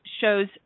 shows